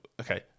okay